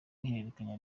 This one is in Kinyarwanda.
ihererekanya